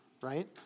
right